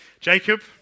Jacob